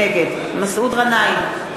נגד מסעוד גנאים,